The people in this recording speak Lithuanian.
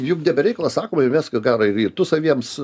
juk ne be reikalo sakoma įmesk į garą ir ir tu saviems